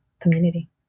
community